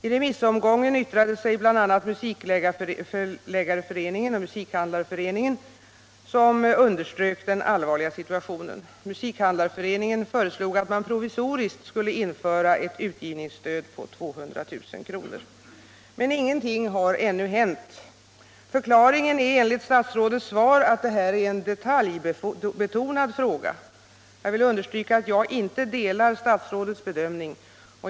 I remissomgången yttrade sig bl.a. Musikförläggareföreningen och Musikhandlareföreningen, som underströk den allvarliga situationen. Musikhandlareföreningen föreslog att man provisoriskt skulle införa ett utgivningsstöd på 200 000 kr. Men ingenting har ännu hänt. Förklaringen är enligt statsrådets svar att det här är en detaljbetonad fråga. Jag vill understryka att jag inte delar statsrådets bedömning.